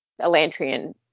Elantrian